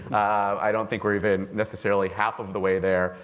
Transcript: i don't think we're even necessarily half of the way there.